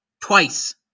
Twice